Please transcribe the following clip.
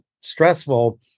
stressful